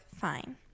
fine